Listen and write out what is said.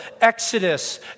Exodus